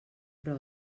però